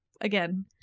again